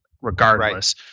Regardless